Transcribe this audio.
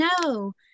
No